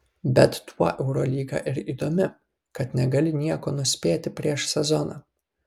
bet tuo eurolyga ir įdomi kad negali nieko nuspėti prieš sezoną